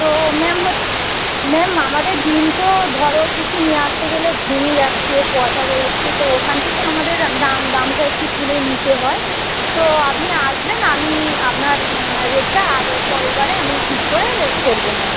তো ম্যাম তো ম্যাম আমাদের বিল তো ধরো কিছু নিয়ে আসতে গেলে ভেঙে যাচ্ছে পচা বেরোচ্ছে তো ওখান থেকে আমাদের দাম দামটা একটু তুলে নিতে হয় তো আপনি আসবেন আমি আপনার রেটটা আগে পরের বারে আমি ঠিক করে ফেলবো ম্যাম